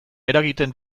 eragiten